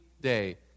day